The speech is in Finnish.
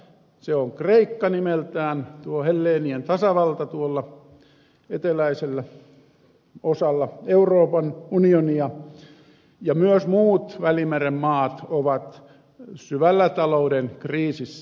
se on kreikka nimeltään tuo helleenien tasavalta tuolla eteläisellä osalla euroopan unionia ja myös muut välimeren maat ovat syvällä talouden kriisissä